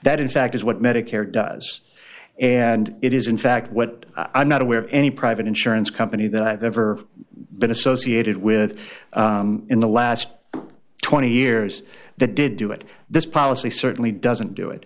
that in fact is what medicare does and it is in fact what i'm not aware of any private insurance company that ever been associated with in the last twenty years that did do it this policy certainly doesn't do it